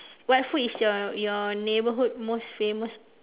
what food is your your neighbourhood most famous for